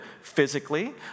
physically